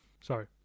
Sorry